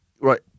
right